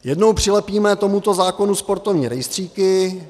Jednou přilepíme tomuto zákonu sportovní rejstříky.